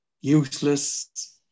useless